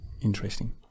interesting